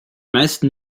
meisten